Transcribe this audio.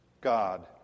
God